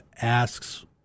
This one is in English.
asks